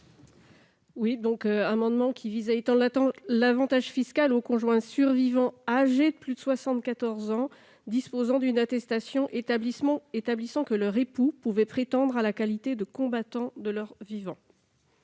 Cet amendement vise à étendre l'avantage fiscal aux conjoints survivants, âgés de plus de 74 ans, disposant d'une attestation établissant que leurs époux pouvaient prétendre à la qualité de combattant de leur vivant.